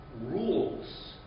rules